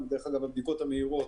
הבדיקות המהירות